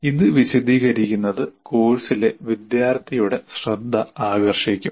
ഇത് വിശദീകരിക്കുന്നത് കോഴ്സിലെ വിദ്യാർത്ഥിയുടെ ശ്രദ്ധ ആകർഷിക്കും